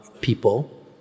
people